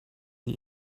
die